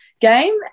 game